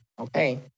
okay